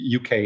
UK